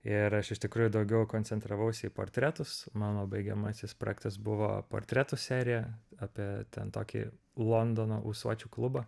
ir aš iš tikrųjų daugiau koncentravausi į portretus mano baigiamasis projektas buvo portretų serija apie ten tokį londono ūsuočių klubą